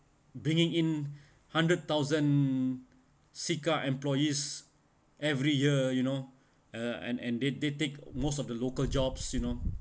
bringing in hundred thousand sikh uh employees every year you know uh and and they they take most of the local jobs you know